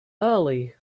early